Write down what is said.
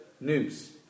news